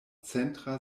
centra